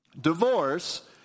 Divorce